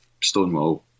stonewall